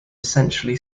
essentially